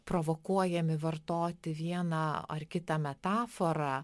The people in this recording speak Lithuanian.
provokuojami vartoti vieną ar kitą metaforą